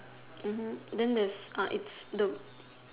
erm then this er is the